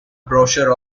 brochure